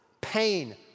pain